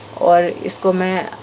اور اس کو میں